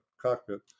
cockpit